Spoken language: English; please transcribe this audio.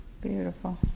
Beautiful